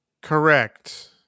Correct